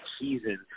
season